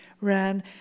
ran